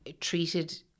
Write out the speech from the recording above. treated